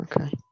Okay